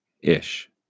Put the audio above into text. ish